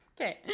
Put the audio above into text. Okay